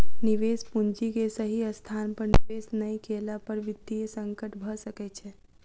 निवेश पूंजी के सही स्थान पर निवेश नै केला पर वित्तीय संकट भ सकै छै